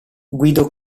guido